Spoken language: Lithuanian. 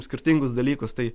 skirtingus dalykus tai